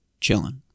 chilling